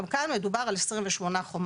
גם כאן מדובר על 28 חומרים.